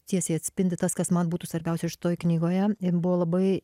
tiesiai atspindi tas kas man būtų svarbiausia šitoj knygoje buvo labai